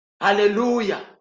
Hallelujah